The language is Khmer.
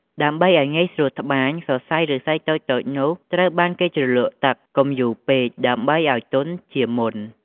ដើម្បីឲ្យងាយស្រួលត្បាញ សរសៃឫស្សីតូចៗនោះ ត្រូវបានគេជ្រលក់ទឹក កុំយូរពេក ដើម្បីឲ្យទន់ជាមុន។